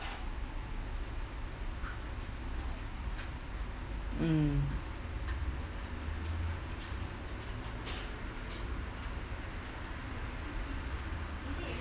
mm